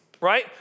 right